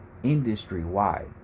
industry-wide